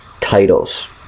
titles